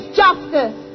justice